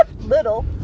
Little